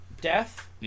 Death